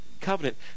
covenant